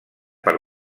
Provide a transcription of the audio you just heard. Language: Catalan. per